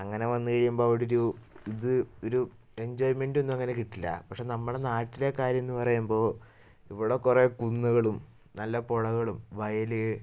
അങ്ങനെ വന്നു കഴിയുമ്പം അവിടെ ഒരു ഇത് ഒരു എഞ്ചോയ്മെൻ്റൊന്നും അങ്ങനെ കിട്ടില്ല പക്ഷേ നമ്മുടെ നാട്ടിലെ കാര്യമെന്ന് പറയുമ്പോൾ ഇവിടെ കുറേ കുന്നുകളും നല്ല പുഴകളും വയൽ